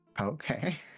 okay